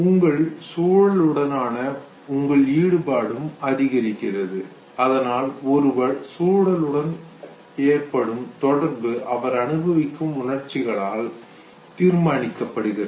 உங்கள் சூழலுடனான உங்கள் ஈடுபாடும் அதிகரிக்கிறது அதனால் ஒருவர் சூழலுடன் ஏற்படும் தொடர்பு அவர் அனுபவிக்கும் உணர்ச்சிகளால் தீர்மானிக்கப்படுகிறது